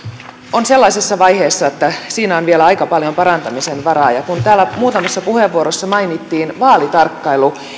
on sellaisessa vaiheessa että siinä on vielä aika paljon parantamisen varaa täällä muutamissa puheenvuoroissa mainittiin vaalitarkkailu